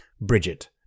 Bridget